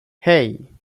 hey